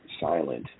silent